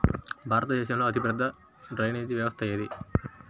భారతదేశంలో అతిపెద్ద డ్రైనేజీ వ్యవస్థ ఏది?